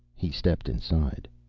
he stepped inside.